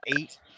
eight